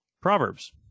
Proverbs